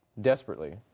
desperately